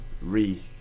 re